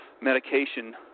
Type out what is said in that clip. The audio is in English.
medication